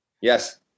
Yes